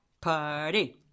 party